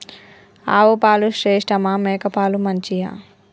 ఆవు పాలు శ్రేష్టమా మేక పాలు మంచియా?